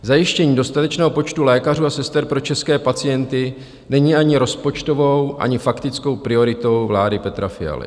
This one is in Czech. Zajištění dostatečného počtu lékařů a sester pro české pacienty není ani rozpočtovou, ani faktickou prioritou vlády Petra Fialy.